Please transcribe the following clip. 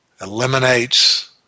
eliminates